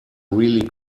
really